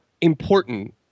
important